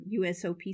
USOPC